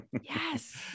yes